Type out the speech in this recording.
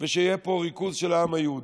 ושיהיה פה ריכוז של העם היהודי,